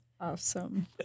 awesome